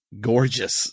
gorgeous